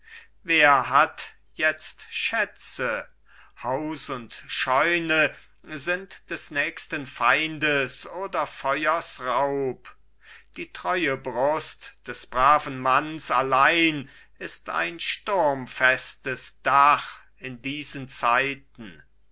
wer hat jetzt schätze haus und scheune sind des nächsten feindes oder feuers raub die treue brust des braven manns allein ist ein sturmfestes dach in diesen zeiten